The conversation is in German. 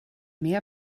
mehr